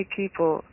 people